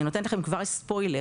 אני נותנת לכם כבר ספויילר,